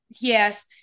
Yes